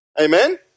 Amen